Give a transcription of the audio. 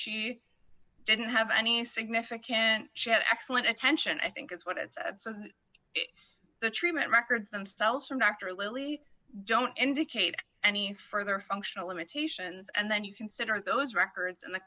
she didn't have any significant she had excellent attention i think is what it's the treatment records themselves from doctor lilly don't indicate any further functional limitations and then you consider those records in the